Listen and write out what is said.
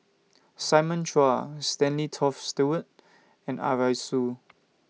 Simon Chua Stanley Toft Stewart and Arasu